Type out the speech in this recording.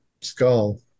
skull